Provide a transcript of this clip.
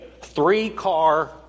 three-car